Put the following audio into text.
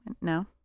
No